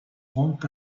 rendent